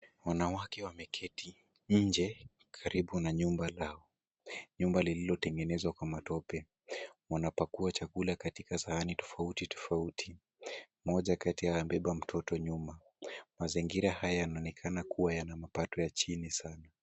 Wanawake wameketi nje karibu na nyumba lao, nyumba lililotengenezwa kwa matope. Wanapakua chakula katika sahani tofauti tofauti. Mmoja kati yao amebeba mtoto nyuma. Mazingira haya yanaonekana kuwa yana mapato ya chini sana.